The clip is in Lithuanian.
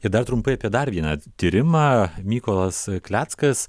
ir dar trumpai apie dar vieną tyrimą mykolas kleckas